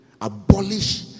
abolish